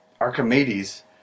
Archimedes